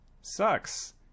sucks